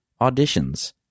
Auditions